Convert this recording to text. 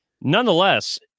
Nonetheless